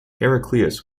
heraclius